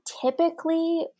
typically